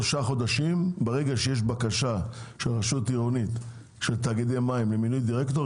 ברגע שיש בקשה של תאגידי מים למינוי דירקטור,